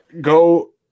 go